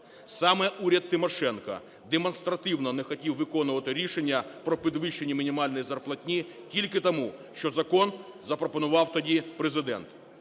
саме уряд Тимошенко демонстративно не хотів виконувати рішення про підвищення мінімальної зарплатні тільки тому, що закон запропонував тоді Президент.